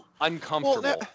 uncomfortable